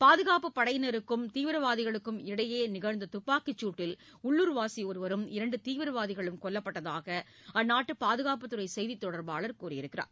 பாதுகாப்புப் படையினருக்கும் தீவிரவாதிகளுக்கும் இடையேநிகழ்ந்ததுப்பாக்கிச் சூட்டில் உள்ளூர்வாசிஒருவரும் இரண்டுதீவிரவாதிகளும் கொல்லப்பட்டதாகஅந்நாட்டுபாதுகாப்புத்துறைசெய்திதொடர்பாளர் கூறியுள்ளார்